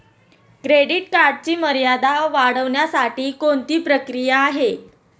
Credit कार्डची मर्यादा वाढवण्यासाठी कोणती प्रक्रिया आहे?